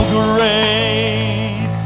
great